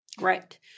Right